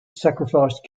sacrificed